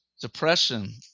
Depression